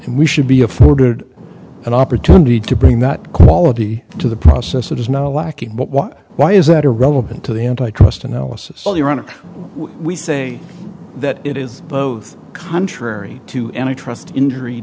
and we should be afforded an opportunity to bring that quality to the process that is now lacking but why why is that irrelevant to the antitrust analysis well your honor we say that it is both contrary to any trust injury